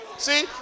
See